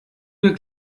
wir